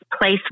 place